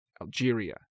Algeria